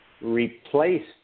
replaced